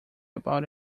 about